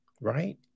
right